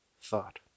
thought